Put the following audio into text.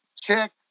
check